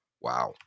wow